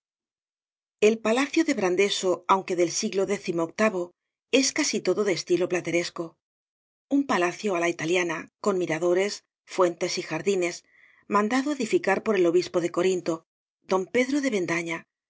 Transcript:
el palacio de brandeso aunque del siglo décimo octavo es casi todo de estilo plate resco un palacio á la italiana con mirado res íuentes y jardines mandado edificar por el obispo de corinto don pedro de bendaña